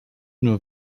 nur